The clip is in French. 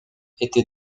était